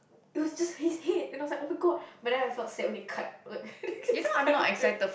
it was just his head and I was like [oh]-my-god but then I felt sad when it cut like it gets cut to